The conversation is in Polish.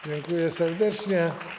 Dziękuję serdecznie.